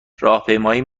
راهپیمایی